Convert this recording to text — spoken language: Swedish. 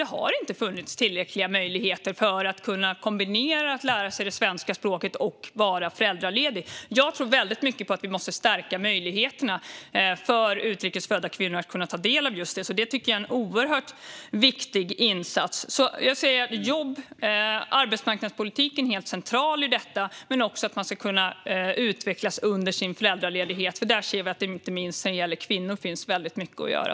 Det har inte funnits tillräckliga möjligheter att kombinera föräldraledighet med att lära sig svenska språket. Jag tror väldigt mycket på att vi måste stärka möjligheterna för utrikes födda kvinnor att ta del av just detta, så jag tycker att det är en oerhört viktig insats. Jobb och arbetsmarknadspolitiken är helt central i det här, men det handlar också om att människor ska kunna utvecklas under sin föräldraledighet. Där ser vi nämligen att det finns väldigt mycket att göra inte minst när det gäller kvinnor.